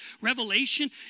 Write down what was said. revelation